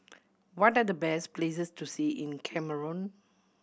what are the best places to see in Cameroon